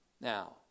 Now